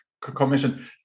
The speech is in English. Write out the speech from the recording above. commission